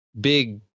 big